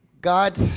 God